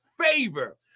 favor